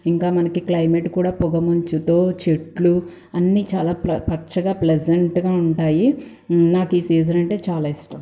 ఇంకా మనకి క్లైమేట్ కూడా పొగ మంచుతో చెట్లు అన్ని చాల పచ్చగా ప్లెజంట్గా ఉంటాయి నాకు ఈ సీజన్ అంటే చాల ఇష్టం